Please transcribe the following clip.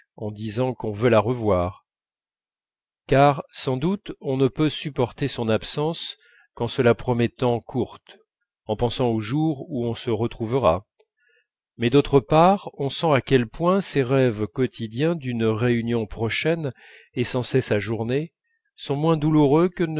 en disant qu'on veut la revoir car sans doute on ne peut supporter son absence qu'en se la promettant courte en pensant au jour où on se retrouvera mais d'autre part on sent à quel point ces rêves quotidiens d'une réunion prochaine et sans cesse ajournée sont moins douloureux que